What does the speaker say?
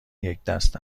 یکدست